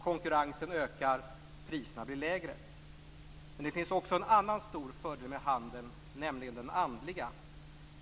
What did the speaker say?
Konkurrensen ökar. Priserna blir lägre. Men det finns också en annan stor fördel med handeln, nämligen den andliga.